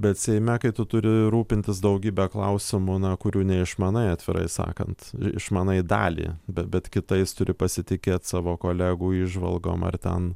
bet seime kai tu turi rūpintis daugybe klausimų na kurių neišmanai atvirai sakant išmanai dalį bet bet kitais turi pasitikėt savo kolegų įžvalgom ar ten